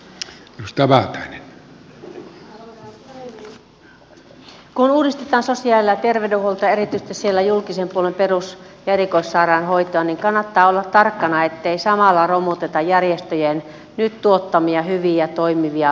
kun uudistetaan sosiaali ja terveydenhuoltoa ja erityisesti siellä julkisen puolen perus ja erikoissairaanhoitoa niin kannattaa olla tarkkana ettei samalla romuteta järjestöjen nyt tuottamia hyviä toimivia palveluja